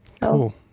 Cool